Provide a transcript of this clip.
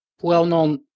well-known